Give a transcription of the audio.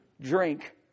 drink